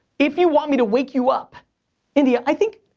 if you want me to wake you up india, i think,